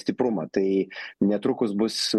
stiprumą tai netrukus bus